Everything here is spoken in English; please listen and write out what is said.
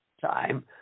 time